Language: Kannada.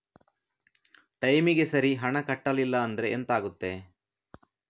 ಟೈಮಿಗೆ ಸರಿ ಹಣ ಕಟ್ಟಲಿಲ್ಲ ಅಂದ್ರೆ ಎಂಥ ಆಗುತ್ತೆ?